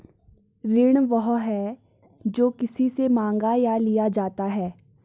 ऋण वह है, जो किसी से माँगा या लिया जाता है